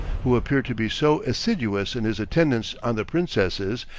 who appeared to be so assiduous in his attendance on the princesses,